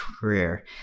career